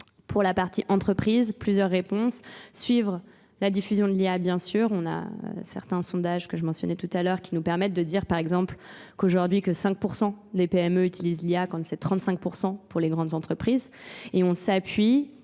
Pour la partie entreprise, plusieurs réponses. Suivre la diffusion de l'IA, bien sûr. On a certains sondages que je mentionnais tout à l'heure qui nous permettent de dire, par exemple, qu'aujourd'hui que 5% des PME utilisent l'IA quand c'est 35% pour les grandes entreprises. Et on s'appuie